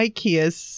Ikea's